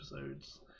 episodes